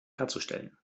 herzustellen